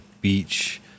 beach